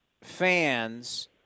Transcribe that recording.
fans